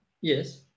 Yes